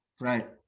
right